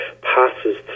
passes